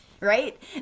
right